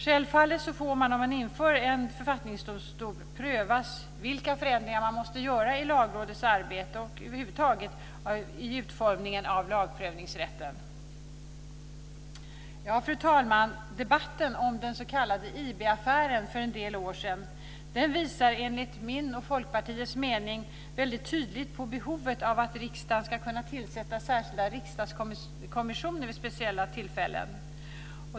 Självfallet får man inför införandet av en författningsdomstol pröva vilka förändringar man måste göra i Lagrådets arbete och när det gäller utformningen av lagprövningsrätten över huvud taget. Fru talman! Debatten om den s.k. IB-affären för en del år sedan visar enligt min och Folkpartiets mening väldigt tydligt på behovet av att riksdagen ska kunna tillsätta särskilda riksdagskommissioner vid speciella tillfällen.